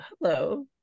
hello